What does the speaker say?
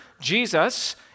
Jesus